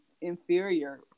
inferior